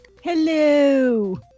Hello